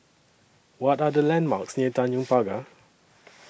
What Are The landmarks near Tanjong Pagar